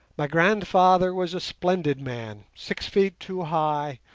my grandfather was a splendid man, six feet two high,